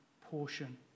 portion